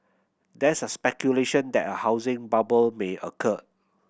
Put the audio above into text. there is speculation that a housing bubble may occur